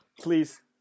Please